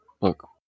look